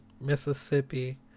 Mississippi